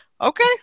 okay